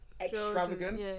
extravagant